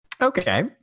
Okay